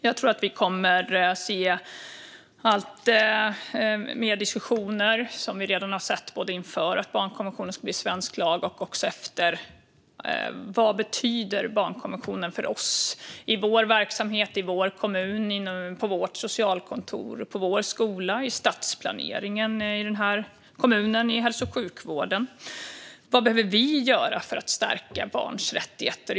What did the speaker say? Jag tror att det kommer att bli mer diskussioner, vilket vi redan har sett inför att barnkonventionen skulle bli svensk lag och efter att den blev det, om vad barnkonventionen betyder för oss i vår verksamhet, i vår kommun, på vårt socialkontor, i vår skola, i stadsplaneringen i vår kommun och i hälso och sjukvården. Vad behöver vi göra för att stärka barns rättigheter?